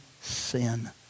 sin